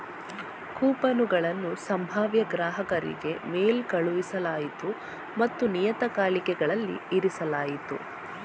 ಕೂಪನುಗಳನ್ನು ಸಂಭಾವ್ಯ ಗ್ರಾಹಕರಿಗೆ ಮೇಲ್ ಕಳುಹಿಸಲಾಯಿತು ಮತ್ತು ನಿಯತಕಾಲಿಕೆಗಳಲ್ಲಿ ಇರಿಸಲಾಯಿತು